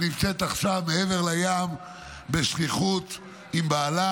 שנמצאת עכשיו מעבר לים בשליחות עם בעלה,